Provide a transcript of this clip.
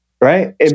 Right